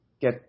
get